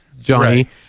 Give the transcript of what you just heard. Johnny